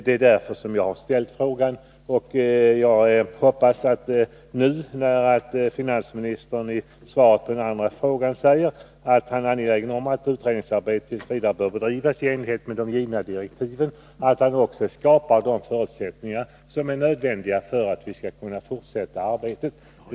Det är därför som jag har - Nr 157 ställt frågan. Jag hoppas nu, när finansministern i svaret på den andra frågan säger att han är angelägen om att utredningsarbetet t. v. bör bedrivas i enlighet med de givna direktiven, att han också skapar de förutsättningar som är nödvändiga för att vi skall kunna fortsätta arbetet.